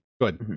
Good